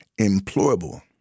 employable